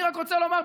אני רק רוצה לומר,